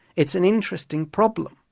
it's an interesting problem,